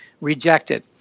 rejected